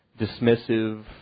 dismissive